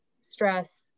stress